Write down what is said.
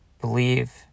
Believe